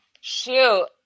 Shoot